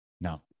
No